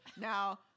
Now